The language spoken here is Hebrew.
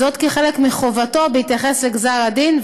זאת כחלק מחובתו בהתייחס לגזר הדין,